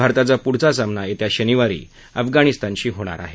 भारताचा पुढचा सामना येत्या शनिवारी अफगाणिस्तानशी होणार आहे